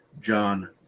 John